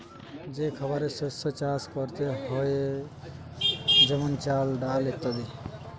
যে খাবারের শস্য চাষ করতে হয়ে যেমন চাল, ডাল ইত্যাদি